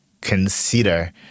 consider